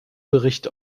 bericht